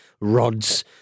rods